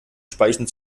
speichen